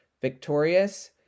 victorious